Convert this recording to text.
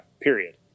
Period